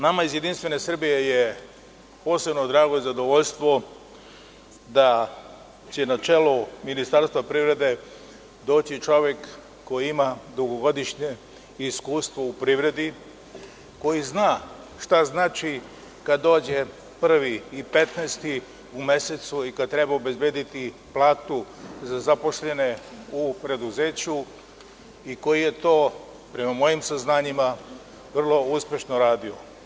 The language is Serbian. Nama iz JS je posebno drago i zadovoljstvo da će na čelu Ministarstva privrede doći čovek koji ima dugogodišnje iskustvo u privredi, koji zna šta znači kad dođe prvi i 15. u mesecu, kad treba obezbediti platu za zaposlene u preduzeću i koji je to prema mojim saznanjima vrlo uspešno radio.